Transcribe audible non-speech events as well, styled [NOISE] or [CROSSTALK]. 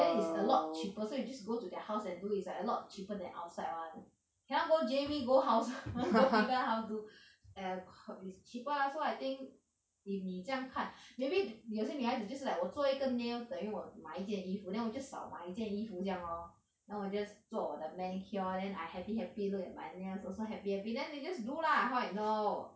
then it's a lot cheaper so you just go to their house and do it it's like a lot cheaper than outside [one] cannot go J_B go hougang [LAUGHS] go people house do and at com~ cheaper so I think if 你这样看 maybe 有些女孩子就是 like 我做一个 nails 等于我买一件衣服 then 我 just 少买一件衣服这样 lor then 我 just 做我的 manicure then I happy happy look at my nails also happy happy then you just do lah how I know